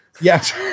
Yes